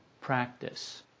practice